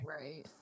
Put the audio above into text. Right